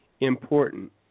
important